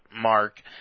Mark